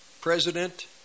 president